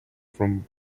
from